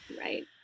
Right